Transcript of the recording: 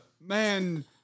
man